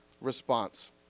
response